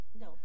no